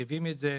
כשמרכיבים את זה,